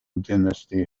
dynasty